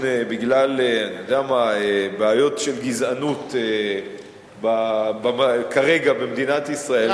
בגלל בעיות של גזענות כרגע במדינת ישראל,